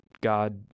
God